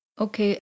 Okay